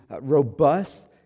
robust